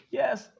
yes